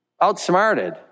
outsmarted